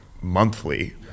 monthly